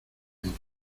ellos